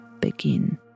begin